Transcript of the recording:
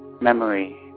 memory